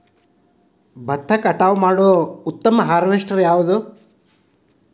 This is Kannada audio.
ಭತ್ತ ಕಟಾವು ಮಾಡುವ ಉತ್ತಮ ಹಾರ್ವೇಸ್ಟರ್ ಯಾವುದು?